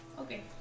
okay